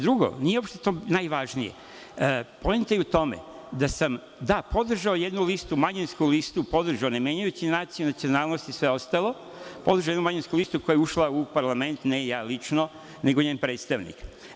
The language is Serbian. Drugo, nije uopšte to najvažnije, poenta je u tome da sam podržao jednu manjinsku listu, ne menjajući nacionalnost i sve ostalo, podržao jednu manjinsku listu koja je ušla u parlament, a ne ja lično, nego njen predstavnik.